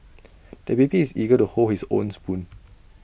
the baby is eager to hold his own spoon